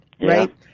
right